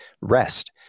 rest